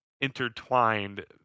intertwined